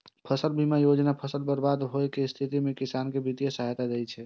फसल बीमा योजना फसल बर्बाद होइ के स्थिति मे किसान कें वित्तीय सहायता दै छै